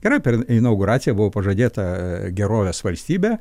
gerai per inauguraciją buvo pažadėta gerovės valstybė